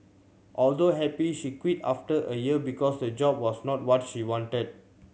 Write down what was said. although happy she quit after a year because the job was not what she wanted